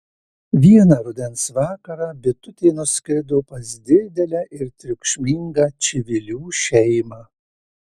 vieną rudens vakarą bitutė nuskrido pas didelę ir triukšmingą čivilių šeimą